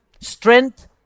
strength